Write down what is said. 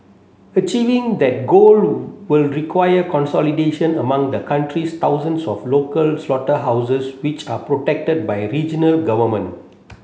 achieving that goal will require consolidation among the country's thousands of local slaughterhouses which are protected by regional government